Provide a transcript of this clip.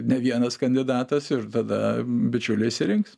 ne vienas kandidatas ir tada bičiuliai išsirinks